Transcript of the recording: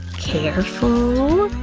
careful!